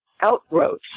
outgrowth